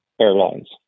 airlines